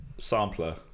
Sampler